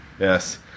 Yes